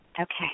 Okay